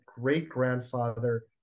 great-grandfather